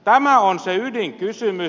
tämä on se ydinkysymys